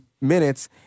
minutes